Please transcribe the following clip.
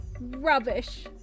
Rubbish